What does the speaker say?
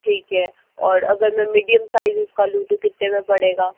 ठीक है और अगर मैं मीडियम साइज़ उसका लूँ तो कितने में पड़ेगा